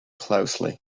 closely